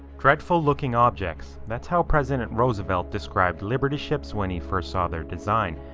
dreadful looking objects. that's how president roosevelt described liberty ships when he first saw their design.